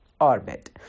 orbit